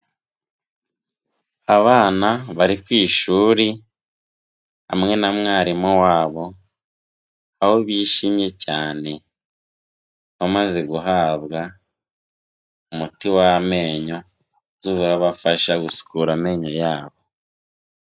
Abana bari ku ishuri hamwe na mwarimu wabo aho bishimye cyane, bamaze guhabwa umuti w'amenyo uzabafasha gusukura amenyo yabo.